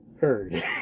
heard